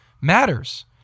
matters